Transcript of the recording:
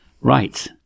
right